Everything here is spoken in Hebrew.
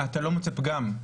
אתה לא מוצא פגם,